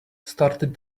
started